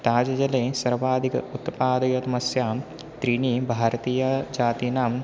ताजजले सर्वादिकोत्पादयत् मत्स्यं त्रीणि भारतीयजातीनां